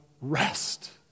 rest